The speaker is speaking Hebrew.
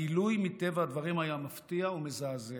הגילוי, מטבע הדברים, היה מפתיע ומזעזע.